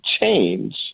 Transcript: change